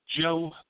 Joe